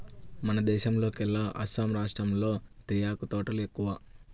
మన దేశంలోకెల్లా అస్సాం రాష్టంలో తేయాకు తోటలు ఎక్కువ